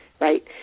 right